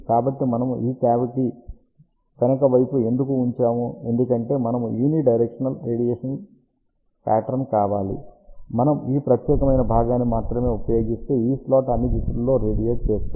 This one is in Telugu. కాబట్టి మనము ఈ కావిటీ వెనుక వైపు ఎందుకు ఉంచాము ఎందుకంటే మనకు యూనీ డైరెక్షనల్ రేడియేషన్ పాట్రన్ కావాలి మనం ఈ ప్రత్యేకమైన భాగాన్ని మాత్రమే ఉపయోగిస్తే ఈ స్లాట్ అన్ని దిశలలో రేడియేట్ చేస్తుంది